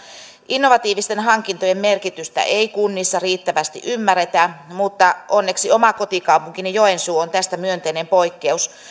innovatiivisten hankintojen merkitystä ei kunnissa riittävästi ymmärretä mutta onneksi oma kotikaupunkini joensuu on tästä myönteinen poikkeus